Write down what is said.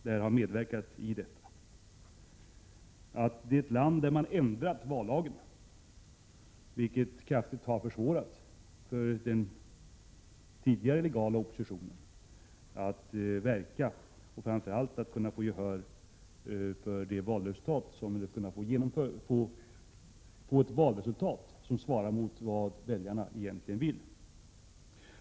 Man har dessutom ändrat vallagen i Senegal, vilket kraftigt har försvårat för den tidigare legala oppositionen att verka för att få ett valresultat som svarar mot vad väljarna egentligen vill.